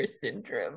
syndrome